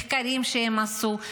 המחקרים שהם עשו,